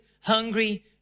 hungry